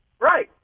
Right